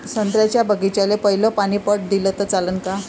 संत्र्याच्या बागीचाले पयलं पानी पट दिलं त चालन का?